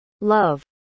love